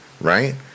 right